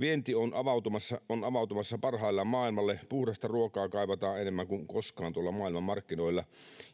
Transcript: vienti on avautumassa parhaillaan maailmalle puhdasta ruokaa kaivataan enemmän kuin koskaan tuolla maailmanmarkkinoilla